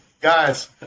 Guys